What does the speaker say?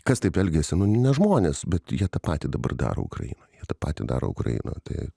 kas taip elgiasi nu nežmones bet jie tą patį dabar daro ukrainoj tą patį daro ukrainoj